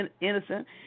innocent